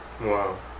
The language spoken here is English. Wow